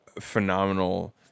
phenomenal